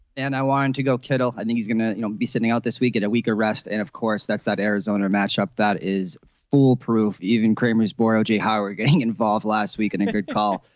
and i want and to go kiddo and he's going to you know be sitting out this week in a week arrest and of course that's that arizona match up that is foolproof. even cramer's borrow oj. how are you getting involved. last week and a good call